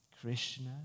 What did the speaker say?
Krishna